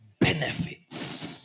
benefits